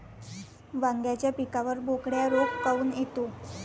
वांग्याच्या पिकावर बोकड्या रोग काऊन येतो?